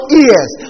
ears